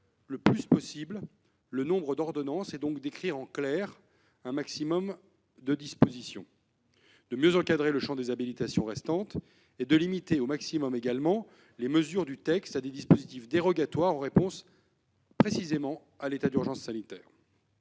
le plus possible le nombre d'ordonnances, et donc écrire en clair un maximum de dispositions ; mieux encadrer le champ des habilitations restantes ; limiter au maximum les mesures du texte à des dispositifs dérogatoires répondant précisément à l'état d'urgence sanitaire.